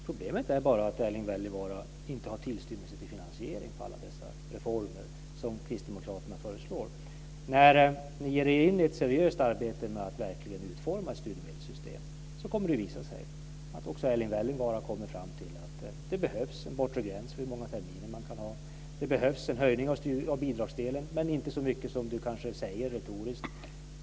Problemet är bara att Erling Wälivaara inte har tillstymmelse till finansiering för alla dessa reformer som kristdemokraterna föreslår. När ni ger er in i ett seriöst arbete med att verkligen utforma ett studiemedelssystem så kommer det att visa sig att också Erling Wälivaara kommer fram till att det behövs en bortre gräns för hur många terminer man kan få studiemedel och att det behövs en höjning av bidragsdelen men inte så mycket som han kanske säger retoriskt.